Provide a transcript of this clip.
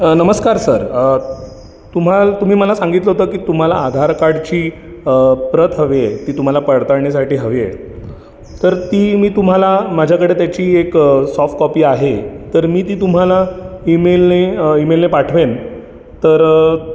नमस्कार सर तुम्हा तुम्ही मला सांगितलं होतं की तुम्हाला आधार कार्डची प्रत हवी आहे ती तुम्हाला पडताळणीसाठी हवी आहे तर ती मी तुम्हाला माझ्याकडे त्याची एक सॉफ्ट कॉपी आहे तर मी ती तुम्हाला ईमेलने ईमेलने पाठवेन तर